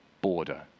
border